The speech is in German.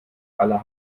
aller